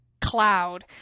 cloud